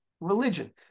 religion